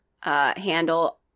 handle